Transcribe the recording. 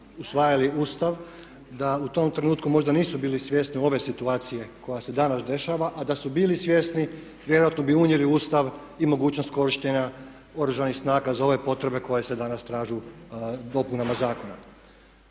usvajali Ustav da u tom trenutku možda nisu bili svjesni ove situacije koja se danas dešava, a da su bili svjesni vjerojatno bi unijeli u Ustav i mogućnost korištenja Oružanih snaga za ove potrebe koje se danas traže u dopunama zakona.